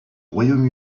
royaume